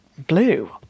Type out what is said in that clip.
Blue